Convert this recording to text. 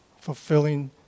fulfilling